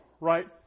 right